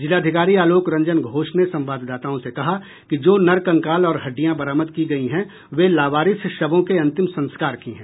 जिलाधिकारी आलोक रंजन घोष ने संवाददाताओं से कहा कि जो नरकंकाल और हड्डियां बरामद की गयी हैं वे लावारिस शवों के अंतिम संस्कार की हैं